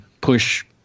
push